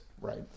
Right